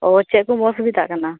ᱚ ᱪᱮᱫᱠᱚᱢ ᱚᱥᱩᱵᱤᱫᱷᱟᱜ ᱠᱟᱱᱟ